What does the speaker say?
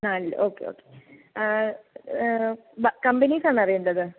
നാലില് okay okay വേറെ companies ആണോ അറിയേണ്ടത്